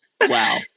Wow